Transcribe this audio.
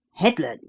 headland?